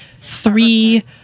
three